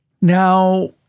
Now